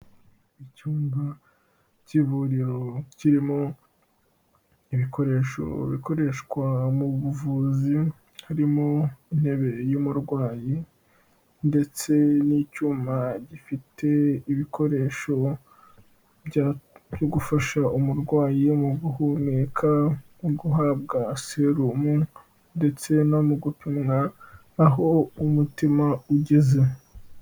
Icyumba cy'ivuriro kirimo ibikoresho bikoreshwa mu buvuzi, harimo intebe y'umurwayi ndetse n'icyuma gifite ibikoresho byo gufasha umurwayi mu guhumeka no guhabwa serumu ndetse no mu gupimwa aho umutima ugeze.